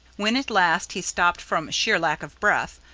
when at last he stopped from sheer lack of breath,